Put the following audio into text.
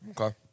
Okay